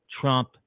Trump